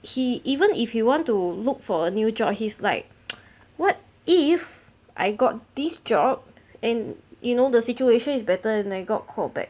he even if he want to look for a new job he's like what if I got this job and you know the situation is better and I got call back